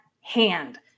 hand